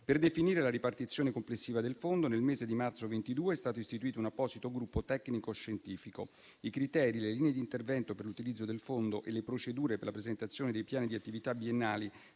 Per definire la ripartizione complessiva del fondo, nel mese di marzo 2022 è stato istituito un apposito gruppo tecnico-scientifico. I criteri, le linee di intervento per l'utilizzo del fondo e le procedure per la presentazione dei piani di attività biennali